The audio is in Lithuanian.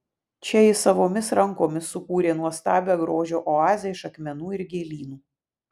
čia ji savomis rankomis sukūrė nuostabią grožio oazę iš akmenų ir gėlynų